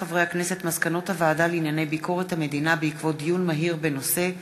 מסקנות הוועדה לענייני ביקורת המדינה בעקבות דיון מהיר בנושא: